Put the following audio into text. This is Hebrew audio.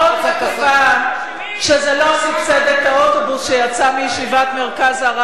מקווה שזה לא סבסד את האוטובוס שיצא מישיבת "מרכז הרב"